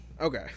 Okay